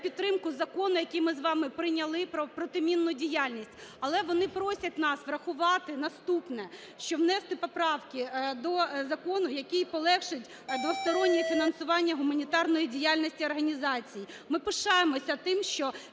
підтримку закону, який ми з вами прийняли, про протимінну діяльність. Але вони просять нас врахувати наступне. Що внести поправки до закону, який полегшить двостороннє фінансування гуманітарної діяльності організацій. Ми пишаємося тим, що